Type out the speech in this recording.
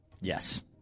Yes